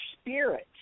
spirits